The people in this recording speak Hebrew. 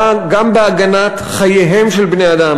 גם בהגנת חייהם של בני-אדם.